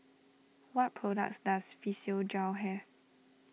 what products does Physiogel have